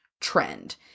trend